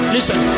Listen